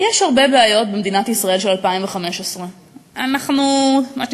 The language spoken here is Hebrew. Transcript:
יש הרבה בעיות במדינת ישראל של 2015. טפו,